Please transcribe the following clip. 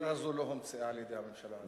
השיטה לא הומצאה על-ידי הממשלה הזאת.